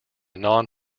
non